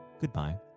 goodbye